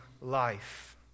life